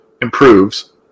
improves